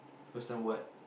first time what